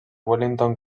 wellington